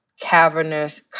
cavernous